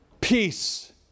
Peace